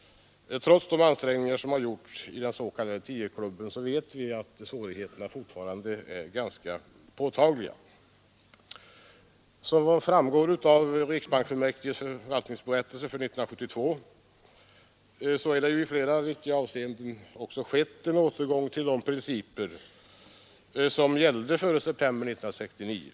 Trots de ansträngningar som under senare tid gjorts av den s.k. tioklubben vet vi att svårigheterna fortfarande är ganska påtagliga. Som framgår av riksbanksfullmäktiges förvaltningsberättelse för 1972 har det i flera viktiga avseenden skett en återgång till de principer som tillämpades före september 1969.